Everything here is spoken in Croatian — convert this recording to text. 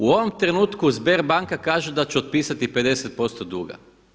U ovom trenutku Sberbanka kaže da će otpisati 50% duga.